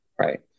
right